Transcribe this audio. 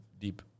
deep